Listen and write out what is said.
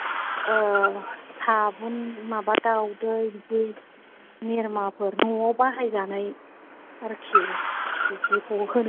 ओ साबुन माबा दाउदै बिदि निर्माफोर न'आव बाहाय जानाय आरखि बिदिखौ होनो नो